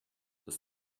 das